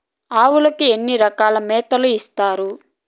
ఆవులకి ఎన్ని రకాల మేతలు ఇస్తారు?